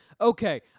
Okay